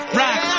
rock